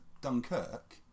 Dunkirk